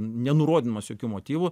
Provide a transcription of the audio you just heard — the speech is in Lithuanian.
nenurodydamas jokių motyvų